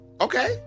Okay